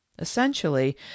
essentially